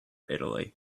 italy